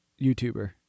YouTuber